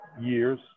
years